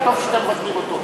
וטוב שאתה מסביר אותו,